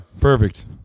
Perfect